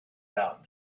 about